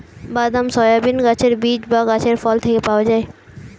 বাদাম, সয়াবিন গাছের বীজ বা গাছের ফল থেকে পাওয়া যায়